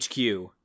HQ